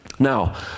Now